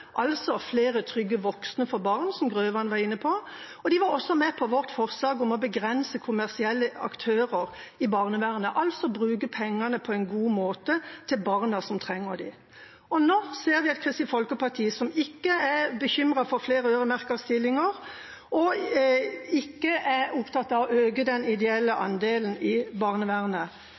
altså flere trygge voksne for barn, som Grøvan var inne på, og de var også med på vårt forslag om å begrense kommersielle aktører i barnevernet, altså bruke pengene på en god måte til barna som trenger det. Nå ser vi et Kristelig Folkeparti som ikke er bekymret for flere øremerkede stillinger, og som ikke er opptatt av å øke den ideelle andelen i barnevernet.